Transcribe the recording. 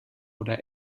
oder